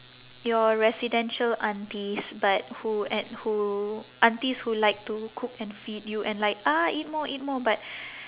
your residential aunties but who at who aunties who like to cook and feed you and like ah eat more eat more but